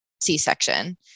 C-section